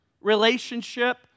relationship